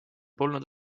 polnud